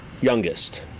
youngest